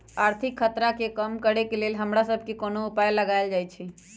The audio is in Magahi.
आर्थिक खतरा के कम करेके लेल हमरा सभके कोनो उपाय लगाएल जाइ छै